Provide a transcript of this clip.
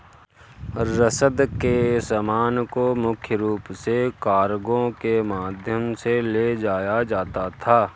रसद के सामान को मुख्य रूप से कार्गो के माध्यम से ले जाया जाता था